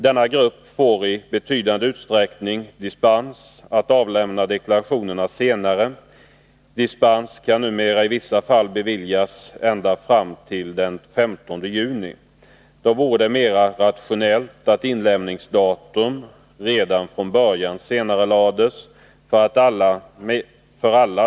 Denna grupp får i betydande utsträckning dispens att avlämna deklarationerna senare. Dispens kan numera i vissa fall beviljas ända fram till den 15 juni. Det vore mer rationellt att inlämningsdatum redan från början senarelades med en månad för alla.